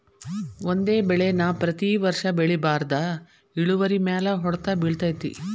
ಒಂದೇ ಬೆಳೆ ನಾ ಪ್ರತಿ ವರ್ಷ ಬೆಳಿಬಾರ್ದ ಇಳುವರಿಮ್ಯಾಲ ಹೊಡ್ತ ಬಿಳತೈತಿ